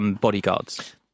bodyguards